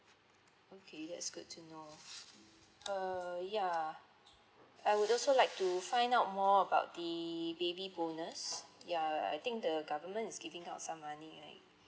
okay that's good to know err yeah I would also like to find out more about the baby bonus ya I think the government is giving out some money right